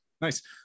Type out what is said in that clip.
Nice